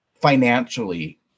financially